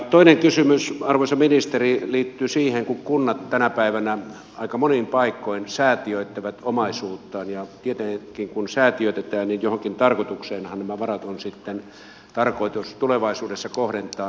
toinen kysymys arvoisa ministeri liittyy siihen kun kunnat tänä päivänä aika monin paikoin säätiöittävät omaisuuttaan ja tietenkin kun säätiöitetään johonkin tarkoitukseenhan nämä varat on sitten tarkoitus tulevaisuudessa kohdentaa